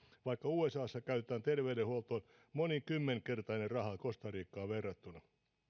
vaikka usassa käytetään terveydenhuoltoon monikymmenkertainen raha costa ricaan verrattuna